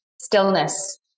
stillness